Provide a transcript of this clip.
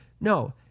No